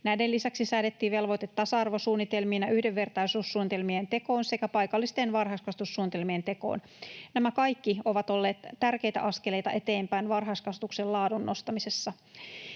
Näiden lisäksi säädettiin velvoite tasa-arvosuunnitelmiin ja yhdenvertaisuussuunnitelmien tekoon sekä paikallisten varhaiskasvatussuunnitelmien tekoon. Nämä kaikki ovat olleet tärkeitä askeleita eteenpäin varhaiskasvatuksen laadun nostamisessa.